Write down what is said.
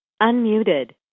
Unmuted